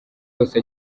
yose